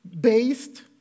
based